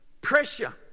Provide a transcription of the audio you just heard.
pressure